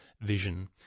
vision